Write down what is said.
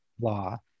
law